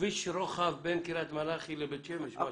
בכביש רוחב בין קריית מלאכי לבית שמש.